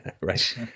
Right